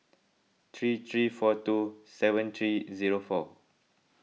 three three four two seven three zero four